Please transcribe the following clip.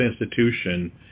institution